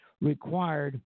required